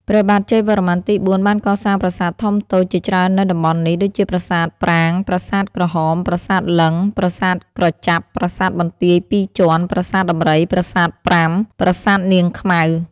ព្រះបាទជ័យវរ្ម័នទី ៤ បានកសាងប្រាសាទធំតួចជាច្រើននៅ តំបន់នេះ ដូចជាប្រាសាទប្រាង្គ ប្រាសាទក្រហម ប្រាសាទលិង្គ ប្រាសាទក្រចាប់ ប្រាសាទបន្ទាយពីរជាន់ ប្រាសាទដំរី ប្រាសាទប្រាំ ប្រាសាទនាងខ្មៅ ។